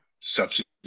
substitute